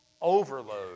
overload